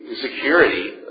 security